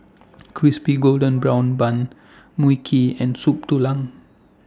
Crispy Golden Brown Bun Mui Kee and Soup Tulang